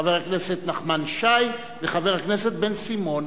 חבר הכנסת נחמן שי וחבר הכנסת בן-סימון.